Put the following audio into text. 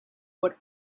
would